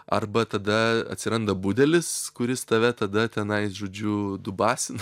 arba tada atsiranda budelis kuris tave tada tenai žodžiu dubasin